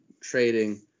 trading